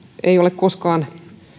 ei ole koskaan